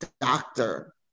doctor